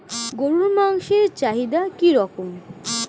গরুর মাংসের চাহিদা কি রকম?